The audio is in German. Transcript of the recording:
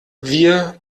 wir